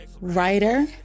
Writer